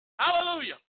Hallelujah